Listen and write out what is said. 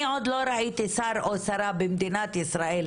אני עוד לא ראיתי שר או שרה במדינת ישראל,